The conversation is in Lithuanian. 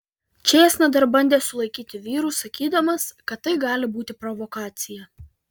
čėsna dar bandė sulaikyti vyrus sakydamas kad tai gali būti provokacija